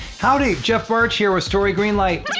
howdy, jeff bartsch here with story greenlight.